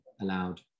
allowed